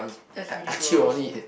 that's really gross